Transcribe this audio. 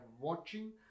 watching